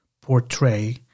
portray